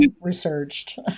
researched